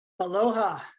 Aloha